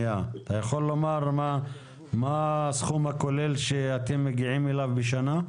מה הסכום הכולל שאתם מגיעים אליו בשנה?